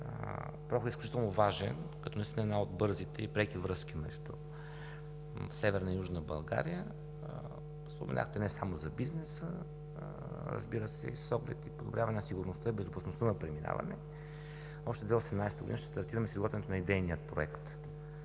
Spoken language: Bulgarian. първо, е изключително важен, като една от бързите и преки връзки между Северна и Южна България. Споменахте не само за бизнеса, а разбира се и с оглед подобряване на сигурността и безопасността на преминаване. Още през 2018 г., ще стартираме с изготвянето на идейния проект,